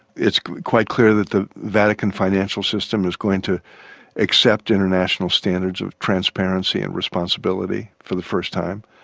it's quite clear that the vatican financial system is going to accept international standards of transparency and responsibility for the first time.